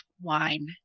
wine